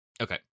Okay